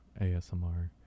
ASMR